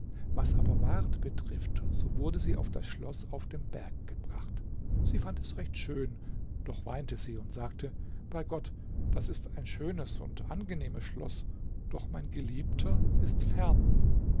was aber ward betrifft so wurde sie auf das schloß auf dem berg gebracht sie fand es recht schön doch weinte sie und sagte bei gott das ist ein schönes und angenehmes schloß doch mein geliebter ist fern